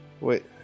wait